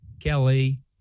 Kelly